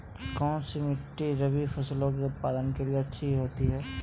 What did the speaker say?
कौनसी मिट्टी रबी फसलों के उत्पादन के लिए अच्छी होती है?